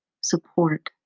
support